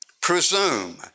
presume